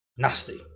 nasty